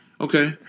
Okay